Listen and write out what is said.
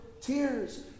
tears